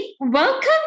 welcome